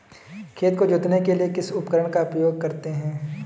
खेत को जोतने के लिए किस उपकरण का उपयोग करते हैं?